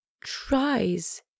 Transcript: tries